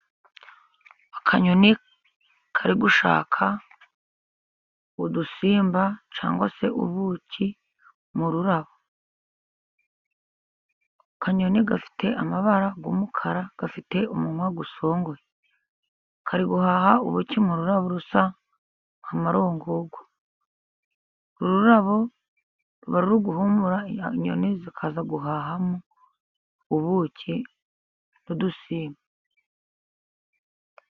Akanyoni kari gushaka udusimba cyangwa se ubuki mu rurabo, akanyoni gafite amabara y'umukara, gafite umunwa usongoye, kari guhaha ubuki mu rurabo busa n'amarongorwa, ururabo ruba ruri guhumura inyoni zikaza guhahamo ubuki n'udusimba.